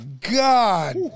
god